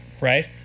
Right